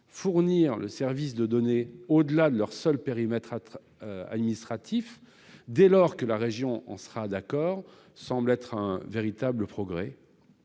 fournir ce service de données au-delà de leur seul périmètre administratif, dès lors que la région est d'accord, nous semble représenter un véritable progrès.